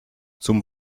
zum